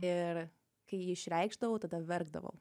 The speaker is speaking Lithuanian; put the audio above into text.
ir kai jį išreikšdavau tada verkdavau